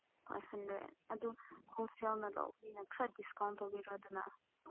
five hundred ꯑꯗꯨ ꯍꯣꯜꯁꯦꯜꯅ ꯂꯧꯕꯅꯤꯅ ꯈꯔ ꯗꯤꯁꯀꯥꯎꯟ ꯇꯧꯕꯤꯔꯣꯗꯅ